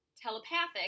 telepathic